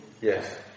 Yes